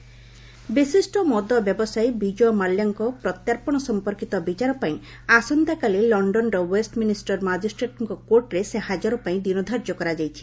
Mallya extradition ବିଶିଷ୍ଟ ମଦ ବ୍ୟବସାୟୀ ବିଜୟ ମାଲ୍ୟାଙ୍କ ପ୍ରତ୍ୟାର୍ପଣ ସମ୍ପର୍କୀତ ବିଚାର ପାଇଁ ଆସନ୍ତାକାଲି ଲଣ୍ଡନର ଓ୍ୱେଷ୍ଟମିନିଷ୍ଟର ମାଜିଷ୍ଟ୍ରେଟଙ୍କ କୋର୍ଟରେ ସେ ହାଜର ପାଇଁ ଦିନଧାର୍ଯ୍ୟ କରାଯାଇଛି